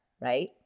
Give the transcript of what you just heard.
right